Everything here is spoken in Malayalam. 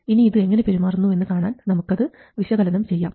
ഇനി ഇത് എങ്ങനെ പെരുമാറുന്നുവെന്ന് കാണാൻ നമുക്കത് വിശകലനം ചെയ്യാം